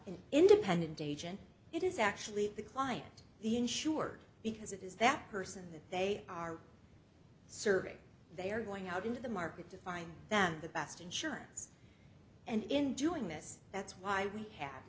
an independent agent it is actually the client the insured because it is that person that they are serving they are going out into the market to find them the best insurance and in doing this that's why we ha